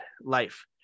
Life